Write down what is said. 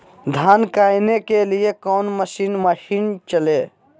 धन को कायने के लिए कौन मसीन मशीन चले?